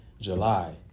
July